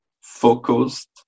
focused